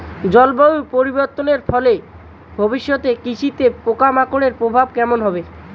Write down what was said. জলবায়ু পরিবর্তনের ফলে ভবিষ্যতে কৃষিতে পোকামাকড়ের প্রভাব কেমন হবে?